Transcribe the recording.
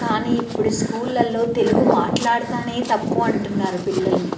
కానీ ఇప్పుడు స్కూళ్ళల్లో తెలుగు మాట్లాడతానే తప్పు అంటున్నారు పిల్లలని